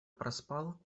проспал